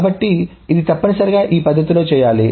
కాబట్టి ఇది తప్పనిసరిగా ఈ పద్ధతిలో చేయాలి